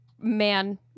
man